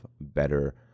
better